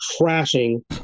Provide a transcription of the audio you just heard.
crashing